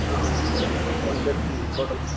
ఆహా okay one one plate free టోటల్గా